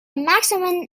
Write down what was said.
maximum